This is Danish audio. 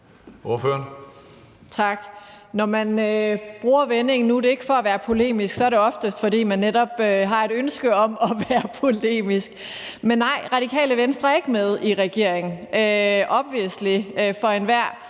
Når man bruger vendingen, at nu er det ikke for at være polemisk, så er det oftest, fordi man netop har et ønske om at være polemisk. Men nej, Radikale Venstre er ikke med i regeringen, obviously – det er